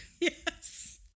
Yes